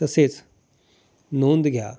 तसेच नोंद घ्या